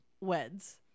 weds